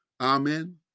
Amen